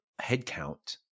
headcount